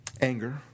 Anger